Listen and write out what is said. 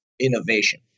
innovation